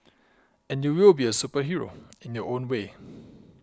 and you will be a superhero in your own way